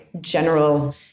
general